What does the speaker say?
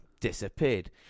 disappeared